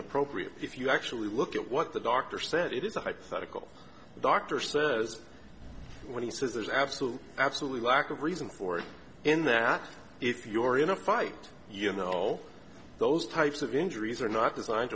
appropriate if you actually look at what the doctor said it is a hypothetical the doctor says when he says there's absolute absolutely lack of reason for it in that if you are in a fight you know those types of injuries are not designed